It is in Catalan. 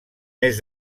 més